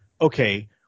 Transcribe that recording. okay